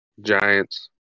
Giants